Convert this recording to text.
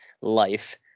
life